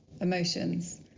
emotions